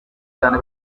cyane